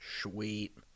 sweet